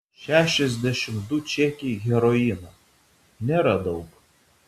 šešiasdešimt du čekiai heroino nėra daug